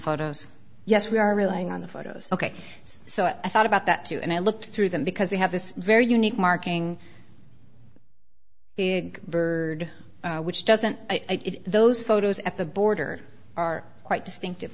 photos yes we are relying on the photos ok so i thought about that too and i looked through them because they have this very unique marking big bird which doesn't it those photos at the border are quite distinctive